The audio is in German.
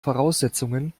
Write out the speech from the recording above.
voraussetzungen